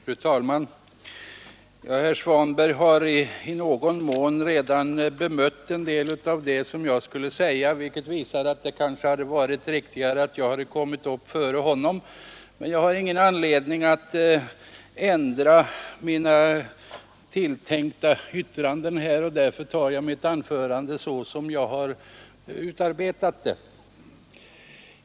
Fru talman! Herr Svanberg har i någon mån sökt bemöta en del av vad jag skulle säga, vilket visar att det kanske hade varit riktigare att jag kommit upp före honom. Jag har ingen anledning att ändra mitt anförande utan framför det som jag har utarbetat det.